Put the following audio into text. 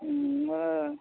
ହୁଁ